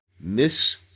Miss